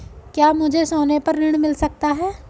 क्या मुझे सोने पर ऋण मिल सकता है?